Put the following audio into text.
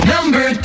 Number